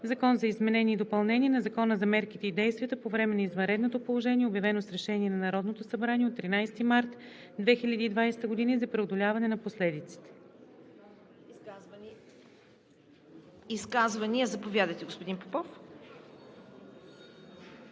„Закон за изменение и допълнение на Закона за мерките и действията по време на извънредното положение, обявено с решение на Народното събрание от 13 март 2020 г., и за преодоляване на последиците“. ПРЕДСЕДАТЕЛ ЦВЕТА КАРАЯНЧЕВА: Изказвания? Заповядайте, господин Попов.